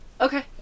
Okay